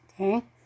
Okay